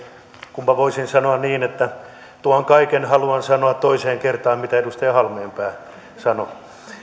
kunpa voisin sanoa niin että tuon kaiken haluan sanoa toiseen kertaan mitä edustaja halmeenpää sanoi